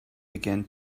began